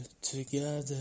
together